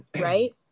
right